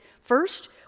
first